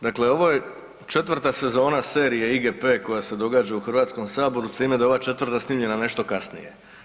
Dakle, ovo je četvrta sezona serije IGP koja se događa u Hrvatskom saboru s time da je ova četvrta snimljena nešto kasnije.